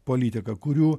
politiką kurių